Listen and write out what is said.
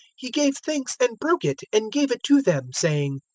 he gave thanks and broke it, and gave it to them, saying,